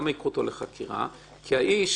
אם האיש